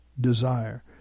desire